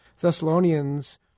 Thessalonians